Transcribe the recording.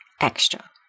extra